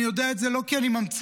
אני יודע את זה לא כי אני ממציא,